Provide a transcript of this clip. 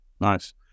Nice